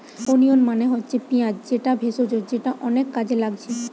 onion মানে হচ্ছে পিঁয়াজ যেটা ভেষজ যেটা অনেক কাজে লাগছে